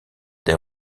des